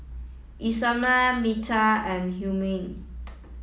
Erasmo Mattye and Humphrey